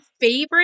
favorite